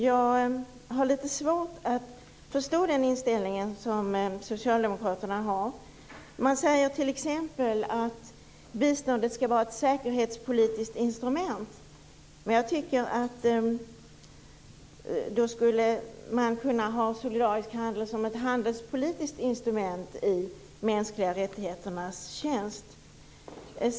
Jag har litet svårt att förstå socialdemokraternas inställning. Man säger t.ex. att biståndet skall vara ett säkerhetspolitiskt instrument. Då skulle en solidarisk handel kunna fungera som ett handelspolitiskt instrument i de mänskliga rättigheternas tjänst.